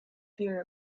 fear